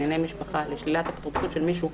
לבית המשפט לענייני משפחה לשלילת אפוטרופסות של מישהו,